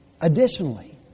Additionally